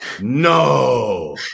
no